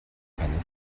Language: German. keine